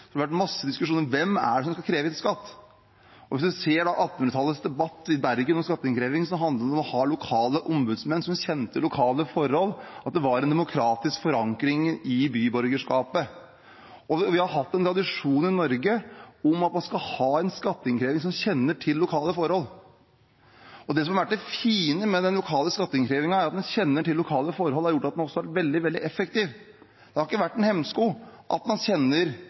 det vært masse diskusjoner om hvem det er som skal kreve inn skatt. Og hvis man ser 1800-tallets debatt i Bergen om skatteinnkreving, handlet det om å ha lokale ombudsmenn som kjente lokale forhold, og at det var en demokratisk forankring i byborgerskapet. Vi har i Norge hatt tradisjon for at man skal ha en skatteinnkrever som kjenner til lokale forhold. Det som har vært det fine med den lokale skatteinnkrevingen, er at det at man kjenner til lokale forhold, har gjort at den også har vært veldig effektiv. Det har ikke vært en hemsko at man kjenner